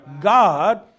God